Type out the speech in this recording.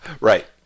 Right